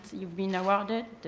you've been awarded